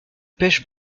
pech